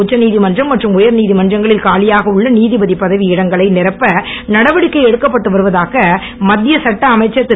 உச்சநீதமன்றம் மற்றும் உயர் நீதமன்றங்களில் காலியாக உள்ள நீதிபதி பதவி இடங்களை நிரப்ப நடவடிக்கைகள் எடுக்கப்பட்டு வருவதாக மத்திய சட்ட அமைச்சர் திரு